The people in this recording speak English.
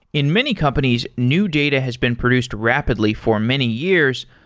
in many companies, new data has been produced rapidly for many years,